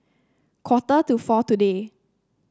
quarter to four today